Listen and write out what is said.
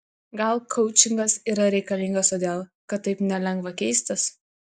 gal koučingas yra reikalingas todėl kad taip nelengva keistis